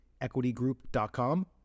equitygroup.com